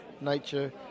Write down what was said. nature